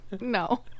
No